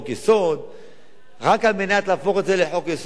רק על מנת להפוך את זה לחוק-יסוד בלי שום טעם ועניין,